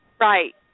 Right